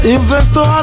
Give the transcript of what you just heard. Investor